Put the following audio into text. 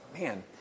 man